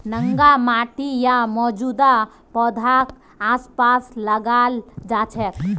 नंगा माटी या मौजूदा पौधाक आसपास लगाल जा छेक